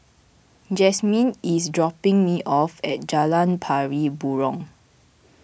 Jasmyn is dropping me off at Jalan Pari Burong